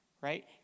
Right